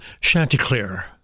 Chanticleer